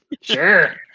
sure